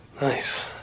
Nice